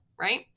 right